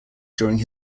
during